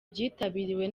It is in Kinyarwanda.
byitabiriwe